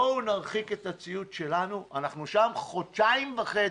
בואו נרחיק את הציוד שלנו, אנחנו שם חודשיים וחצי,